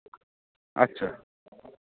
আচ্ছা